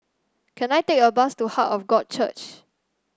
can I take a bus to Heart of God Church